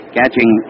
catching